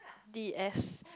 D S